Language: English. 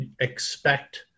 expect